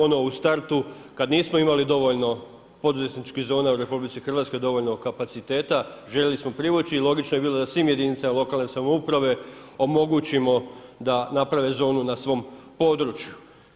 Ono u startu kad nismo imali dovoljno poduzetničkih zona u Republici Hrvatskoj, dovoljno kapaciteta željeli smo privući i logično je bilo da svim jedinicama lokalne samouprave omogućimo da naprave zonu na svom području.